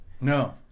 No